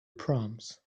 proms